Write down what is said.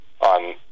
on